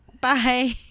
Bye